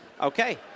Okay